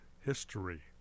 history